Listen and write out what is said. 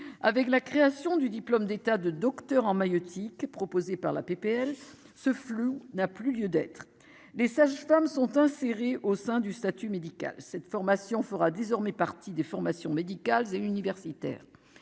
avec la création du diplôme d'État de Docteur en maïeutique proposée par la PPL ce flou n'a plus lieu d'être, les sages-femmes sont insérées au sein du statut médical cette formation fera désormais partie des formations médicales et universitaires,